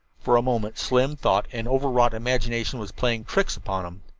for a moment slim thought an over-wrought imagination was playing tricks upon him.